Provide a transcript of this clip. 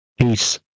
Peace